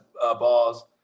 balls